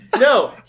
no